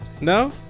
No